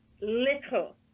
little